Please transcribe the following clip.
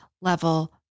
level